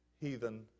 heathen